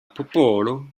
popolo